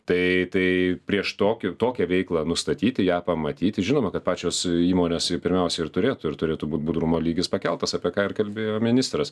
tai tai prieš tokį tokią veiklą nustatyti ją pamatyti žinoma kad pačios įmonės pirmiausia ir turėtų ir turėtų būt budrumo lygis pakeltas apie ką ir kalbėjo ministras